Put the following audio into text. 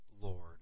Lord